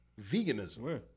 veganism